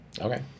Okay